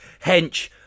hench